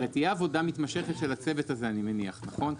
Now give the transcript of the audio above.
בכל מקרה תהיה עבודה מתמשכת של הצוות הזה אני מניח נכון?